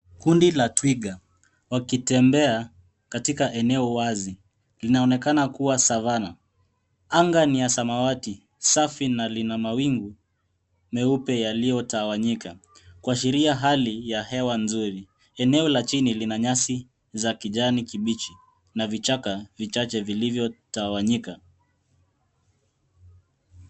Kundi la twiga wakitembea katika eneo wazi linaonekana kuwa savana, anga ni ya samawati safi na lina mawingu meupe yaliyotawanyika kuashiria hali ya hewa nzuri eneo la chini lina nyasi za kijani kibichi na vichaka vichache vilivyotawanyika.